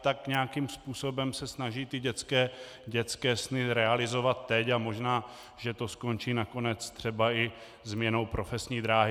Tak se nějakým způsobem snaží ty dětské sny realizovat teď a možná, že to skončí nakonec třeba i změnou profesní dráhy.